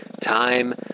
Time